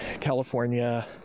California